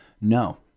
no